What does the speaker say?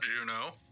Juno